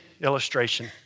illustration